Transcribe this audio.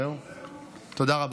תודה רבה.